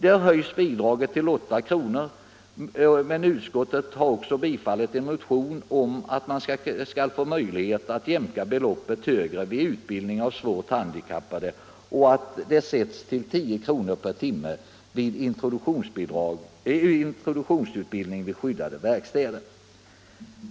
Där höjs bidraget till 8 kr., men utskottet har biträtt en motion om att man skall få möjlighet att höja beloppet ytterligare vid utbildning av svårt handikappade och att det sätts till 10 kr. per timme vid introduktionsutbildning vid skyddade verkstäder.